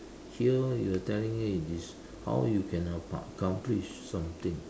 here you are telling me it is how you can a par~ accomplish something